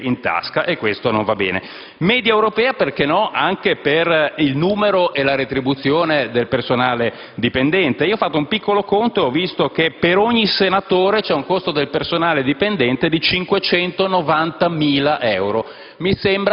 se li mette in tasca, e questo non va bene. Media europea - perché no - anche per il numero e la retribuzione del personale dipendente. Ho fatto un piccolo conto e ha notato che per ogni senatore il costo del personale dipendente è di 590.000 euro.